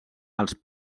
als